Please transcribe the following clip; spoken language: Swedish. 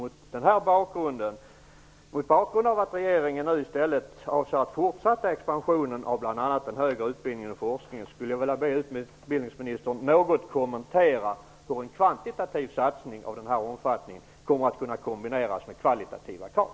Mot bakgrund av att regeringen nu i stället avser att fortsätta expansionen av bl.a. den högre utbildningen och forskningen, skulle jag vilja be utbildningsministern något kommentera hur en kvantitativ satsning av den här omfattningen kommer att kunna kombineras med kvalitativa krav.